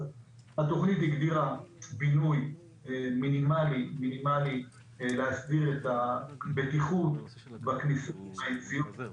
התכנית הגדירה בינוי מינימאלי להסדיר את הבטיחות בכניסות וביציאות